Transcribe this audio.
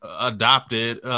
adopted